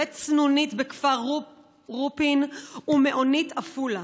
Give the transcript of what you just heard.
בית סנונית בכפר רופין ומעונית עפולה.